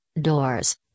doors